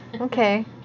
okay